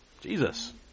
Jesus